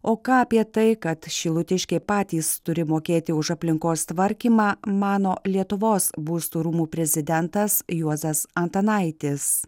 o ką apie tai kad šilutiškiai patys turi mokėti už aplinkos tvarkymą mano lietuvos būstų rūmų prezidentas juozas antanaitis